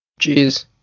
Jeez